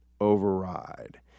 override